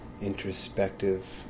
introspective